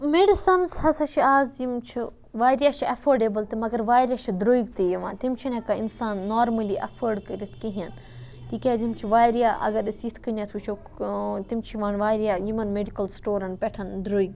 medicines ہَسا چھِ اَز یِم چھِ واریاہ چھِ اٮ۪فٲڈیبٕل تہٕ مگر واریاہ چھِ درٛوٚگۍ تہِ یِوان تِم چھِنہٕ ہٮ۪کان اِنسان نارمٔلی اٮ۪فٲڈ کٔرِتھ کِہیٖنۍ تِکیٛازِ یِم چھِ واریاہ اگر أسۍ یِتھ کٔنٮ۪تھ وٕچھو تِم چھِ یِوان واریاہ یِمَن مٮ۪ڈِکَل سٕٹورَن پٮ۪ٹھ درٛوٚگۍ